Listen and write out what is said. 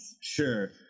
Sure